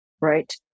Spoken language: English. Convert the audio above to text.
right